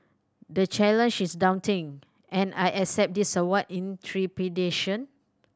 the challenge is daunting and I accept this award in trepidation